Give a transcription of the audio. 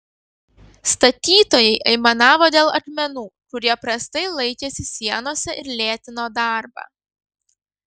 statytojai aimanavo dėl akmenų kurie prastai laikėsi sienose ir lėtino darbą